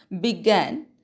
began